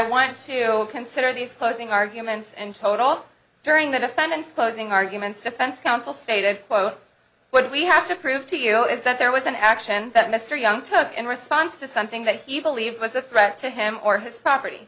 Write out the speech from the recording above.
want to consider these closing arguments and told all during the defense closing arguments defense counsel stated quote what we have to prove to you is that there was an action that mr young took in response to something that he believed was a threat to him or his property